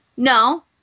No